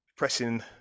Pressing